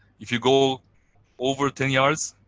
if you go over ten yards,